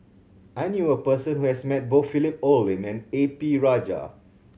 I knew a person who has met both Philip Hoalim and A P Rajah